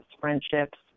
friendships